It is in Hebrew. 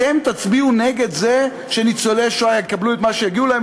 אתם תצביעו נגד זה שניצולי השואה יקבלו את מה שהגיע להם?